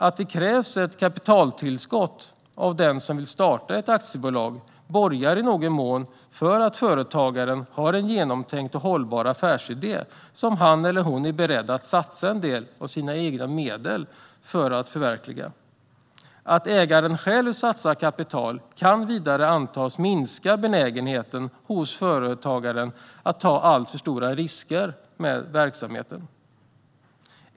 Att det krävs ett kapitaltillskott av den som vill starta ett aktiebolag borgar i någon mån för att företagaren har en genomtänkt och hållbar affärsidé som han eller hon är beredd att satsa en del egna medel på för att förverkliga. Att ägaren själv satsar kapital kan vidare antas minska benägenheten hos företagaren att ta alltför stora risker med verksamheten.